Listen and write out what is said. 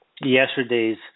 yesterday's